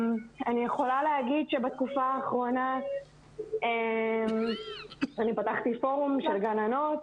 אני יכולה להגיד שבתקופה האחרונה אני פתחתי פורום של גננות.